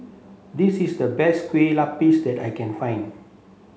this is the best Kue Lupis that I can find